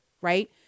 right